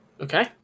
Okay